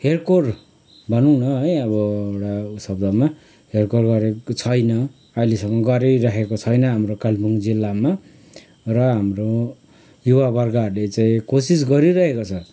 हेरकोर भनौँ न है अब एउटा उ शब्दमा हेरकोर गरेको छैन अहिलेसम्म गरिरहेको छैन हाम्रो कालेम्पोङ जिल्लामा र हाम्रो युवावर्गहरूले चाहिँ कोसिस गरिरहेको छ